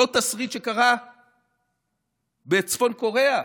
אותו תסריט שקרה בצפון קוריאה?